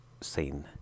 seen